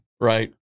right